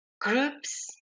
groups